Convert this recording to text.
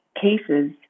cases